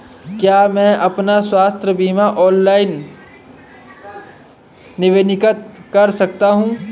क्या मैं अपना स्वास्थ्य बीमा ऑनलाइन नवीनीकृत कर सकता हूँ?